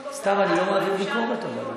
סתיו, אני לא מעביר ביקורת אבל.